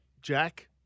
Jack